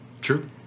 true